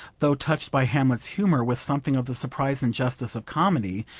though touched by hamlet's humour with something of the surprise and justice of comedy,